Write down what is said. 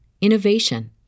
innovation